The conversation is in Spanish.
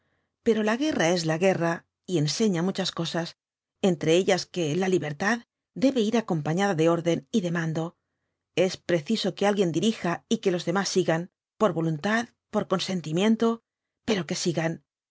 pero la guerra es la guerra y enseña muchas cosas entre ellas que la libertad debe ir acompañada de orden y de mando es preciso que alguien dirija y que los demás sigan por voluntad por consentimiento pero que sigan